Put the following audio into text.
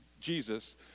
Jesus